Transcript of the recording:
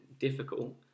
difficult